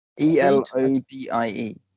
E-L-O-D-I-E